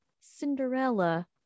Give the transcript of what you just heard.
Cinderella